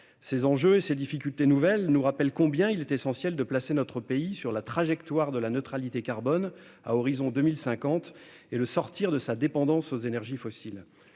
Ces enjeux et ces difficultés nouvelles nous rappellent combien il est essentiel de placer notre pays sur la trajectoire de la neutralité carbone à l'horizon 2050 et de le sortir de sa dépendance aux énergies fossiles.